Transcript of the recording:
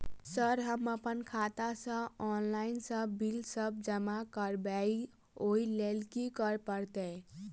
Sir हम अप्पन खाता सऽ ऑनलाइन सऽ बिल सब जमा करबैई ओई लैल की करऽ परतै?